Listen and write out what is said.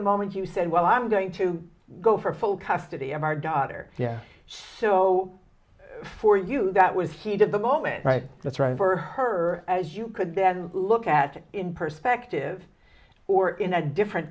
the moment you said well i'm going to go for full custody of our daughter yeah so for you that was he did the moment that's right for her as you could then look at it in perspective or in a different